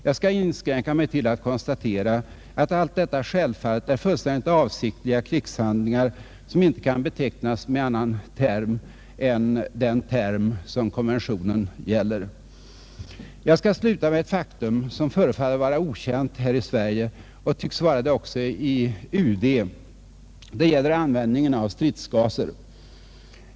Jag skall inskränka mig till att konstatera att allt detta självfallet är fullständigt avsiktliga krigshandlingar som inte kan tecknas med annan term än den som konventionen gäller. Jag skall sluta med ett faktum, som förefaller vara okänt här i Sverige och tycks vara det även i utrikesdepartementet. Det gäller användningen av stridsgaser.